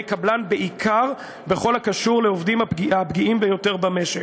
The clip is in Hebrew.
קבלן בעיקר בכל הקשור לעובדים הפגיעים ביותר במשק,